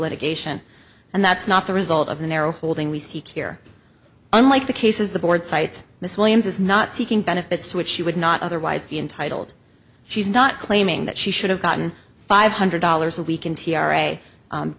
litigation and that's not the result of the narrow holding we seek here unlike the cases the board cites miss williams is not seeking benefits to which she would not otherwise be entitled she's not claiming that she should have gotten five hundred dollars a week in t r a